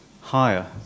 higher